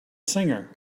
singer